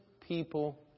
people